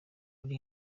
muri